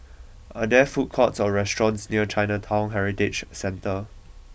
are there food courts or restaurants near Chinatown Heritage Centre